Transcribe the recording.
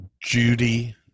Judy